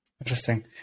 Interesting